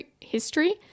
history